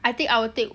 I think I will take